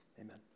Amen